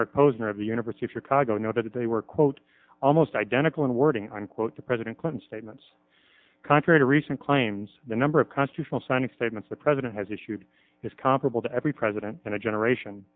the university of chicago know that they were quote almost identical in wording unquote to president clinton's statements contrary to recent claims the number of constitutional signing statements the president has issued is comparable to every president in a generation